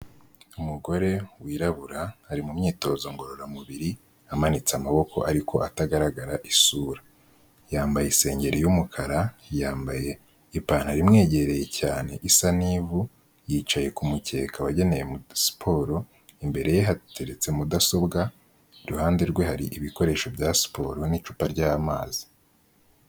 Umugore wirabura ari mu myitozo ngororamubiri amanitse amaboko ariko atagaragara isura. Yambaye isengeri y'umukara. Yambaye ipantaro imwegereye cyane isa n'ivu. Yicaye ku mukeka wagenewe siporo. Imbere ye hateretse mudasobwa. Iruhande rwe hari ibikoresho bya siporo n'icupa ry'amazi.